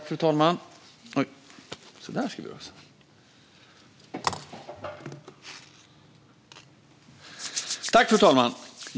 Fru talman!